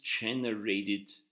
generated